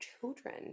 children